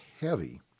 heavy